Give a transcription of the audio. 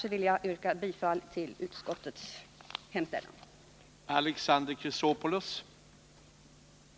Med detta yrkar jag bifall till utskottets hemställan.